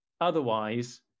otherwise